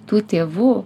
tų tėvų